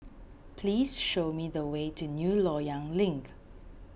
please show me the way to New Loyang Link